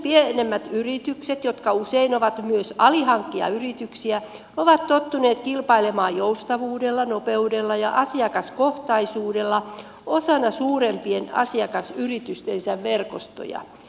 pienemmät yritykset jotka usein ovat myös alihankkijayrityksiä ovat tottuneet kilpailemaan joustavuudella nopeudella ja asiakaskohtaisuudella osana suurempien asiakasyritystensä verkostoja